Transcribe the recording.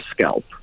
scalp